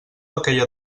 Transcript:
aquella